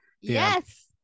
Yes